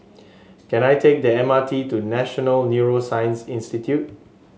can I take the M R T to National Neuroscience Institute